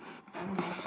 I don't know